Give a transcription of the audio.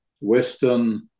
Western